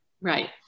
Right